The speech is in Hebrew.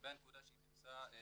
לגבי הנקודה של ההזדהות,